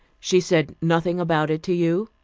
she said nothing about it to you?